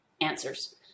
answers